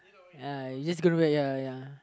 ya you just ya ya